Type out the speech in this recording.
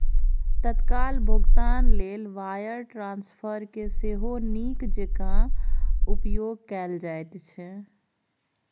तत्काल भोगतान लेल वायर ट्रांस्फरकेँ सेहो नीक जेंका उपयोग कैल जाइत छै